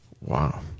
Wow